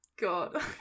God